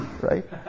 right